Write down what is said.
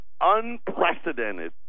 unprecedented